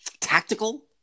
tactical